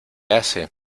hace